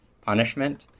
punishment